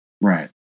Right